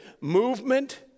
movement